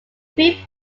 three